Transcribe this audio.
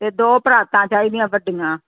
ਅਤੇ ਦੋ ਪਰਾਤਾਂ ਚਾਹੀਦੀਆਂ ਵੱਡੀਆਂ